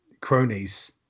cronies